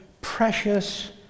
precious